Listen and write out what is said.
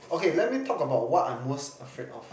okay let me talk about what I most afraid of